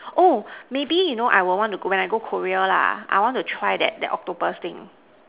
oh maybe you know I will want to go when I go Korea lah I want to try that that octopus thing